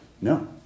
No